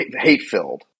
hate-filled